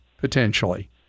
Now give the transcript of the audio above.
potentially